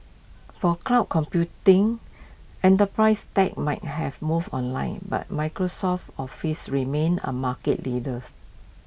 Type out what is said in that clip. for cloud computing enterprise tech might have moved online but Microsoft's office remains A market leaders